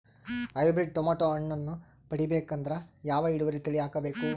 Hybrid tomato ಹಣ್ಣನ್ನ ಪಡಿಬೇಕಂದರ ಯಾವ ಇಳುವರಿ ತಳಿ ಹಾಕಬೇಕು?